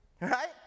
right